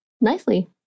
nicely